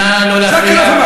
נא לא להפריע.